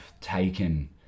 taken